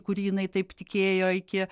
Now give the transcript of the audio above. kurį jinai taip tikėjo iki